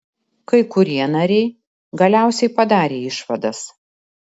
kai kurie nariai galiausiai padarė išvadas